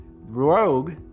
rogue